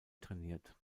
trainiert